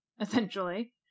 essentially